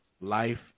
Life